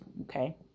okay